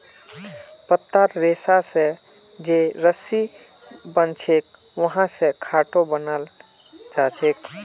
पत्तार रेशा स जे रस्सी बनछेक वहा स खाटो बनाल जाछेक